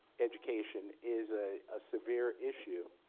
education is a ah severe issue.